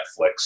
Netflix